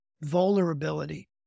vulnerability